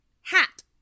Hat